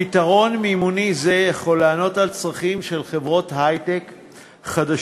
פתרון מימוני זה יכול לענות על צרכים של חברות היי-טק חדשות,